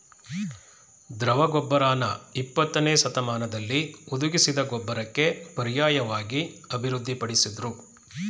ದ್ರವ ಗೊಬ್ಬರನ ಇಪ್ಪತ್ತನೇಶತಮಾನ್ದಲ್ಲಿ ಹುದುಗಿಸಿದ್ ಗೊಬ್ಬರಕ್ಕೆ ಪರ್ಯಾಯ್ವಾಗಿ ಅಭಿವೃದ್ಧಿ ಪಡಿಸುದ್ರು